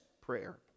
prayer